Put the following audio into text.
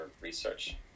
research